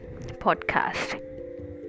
podcast